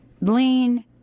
lean